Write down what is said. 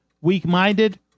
Weak-minded